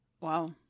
Wow